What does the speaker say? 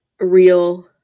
real